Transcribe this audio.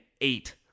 eight